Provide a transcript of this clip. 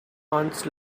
ants